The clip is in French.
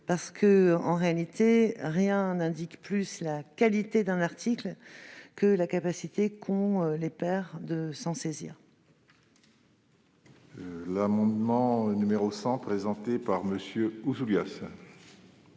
ouverte. En réalité, rien ne révèle mieux la qualité d'un article que la capacité qu'ont les pairs de s'en saisir. L'amendement n° 100, présenté par MM. Ouzoulias